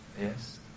Yes